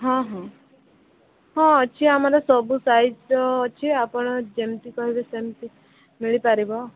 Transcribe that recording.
ହଁ ହଁ ହଁ ଅଛି ଆମର ସବୁ ସାଇଜ୍ର ଅଛି ଆପଣ ଯେମିତି କହିବେ ସେମିତି ମିଳି ପାରିବ